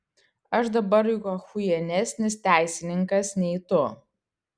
aš dabar juk achujienesnis teisininkas nei tu